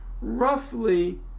roughly